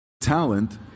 talent